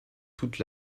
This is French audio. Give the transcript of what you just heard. toute